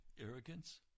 Arrogance